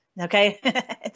okay